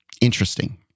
interesting